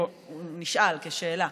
או נשאל כשאלה: